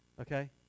okay